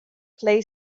play